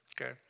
Okay